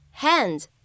hands